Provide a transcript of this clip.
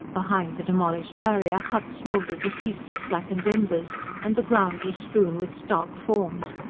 behind the demolished barrier huts smouldered as heaps of blackened embers and the ground was strewn with stark forms,